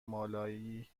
مالایی